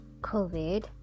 covid